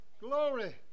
Glory